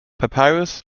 papyrus